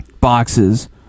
boxes